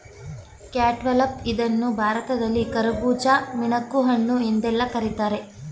cantaloupe ಇದನ್ನು ಭಾರತದಲ್ಲಿ ಕರ್ಬುಜ, ಮಿಣಕುಹಣ್ಣು ಎಂದೆಲ್ಲಾ ಕರಿತಾರೆ